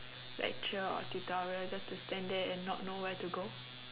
lecture or tutorial just to stand there and not know where to go